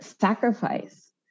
sacrifice